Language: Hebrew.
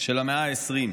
של המאה ה-20.